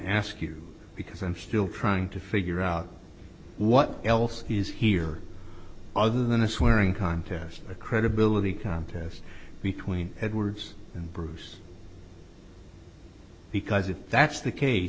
ask you because i'm still trying to figure out what else is here other than a swearing contest a credibility contest between edwards and bruce because if that's the case